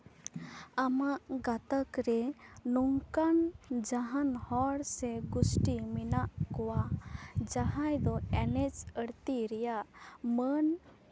ᱟᱢᱟᱜ ᱜᱟᱛᱟᱠ ᱨᱮ ᱱᱚᱝᱠᱟᱱ ᱡᱟᱦᱟᱸᱱ ᱦᱚᱲ ᱥᱮ ᱜᱳᱥᱴᱤ ᱢᱮᱱᱟᱜ ᱠᱚᱣᱟ ᱡᱟᱦᱟᱸᱭ ᱫᱚ ᱮᱱᱮᱡ ᱟᱬᱛᱤ ᱨᱮᱭᱟᱜ ᱢᱟᱹᱱ